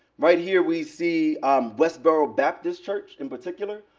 right here we see um westboro baptist church, in particular.